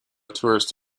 tourist